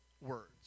words